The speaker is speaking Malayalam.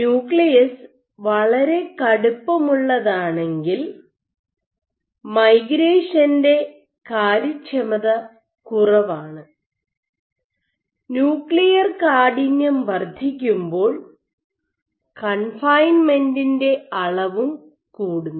ന്യൂക്ലിയസ് വളരെ കടുപ്പമുള്ളതാണെങ്കിൽ മൈഗ്രേഷൻ്റെ കാര്യക്ഷമത കുറവാണ് ന്യൂക്ലിയർ കാഠിന്യം വർദ്ധിക്കുമ്പോൾ കൺഫൈൻമെന്റിൻ്റെ അളവും കൂടുന്നു